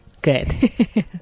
good